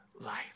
life